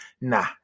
Nah